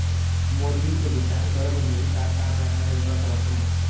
मोर बिल के भुगतान करे बर होही ता का मैं ऑनलाइन कर सकथों?